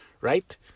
Right